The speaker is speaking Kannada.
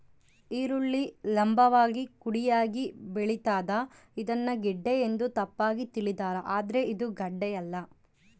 ಈರುಳ್ಳಿ ಲಂಭವಾಗಿ ಕುಡಿಯಾಗಿ ಬೆಳಿತಾದ ಇದನ್ನ ಗೆಡ್ಡೆ ಎಂದು ತಪ್ಪಾಗಿ ತಿಳಿದಾರ ಆದ್ರೆ ಇದು ಗಡ್ಡೆಯಲ್ಲ